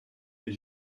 les